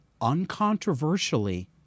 uncontroversially